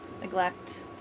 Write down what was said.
neglect